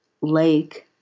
lake